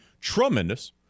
tremendous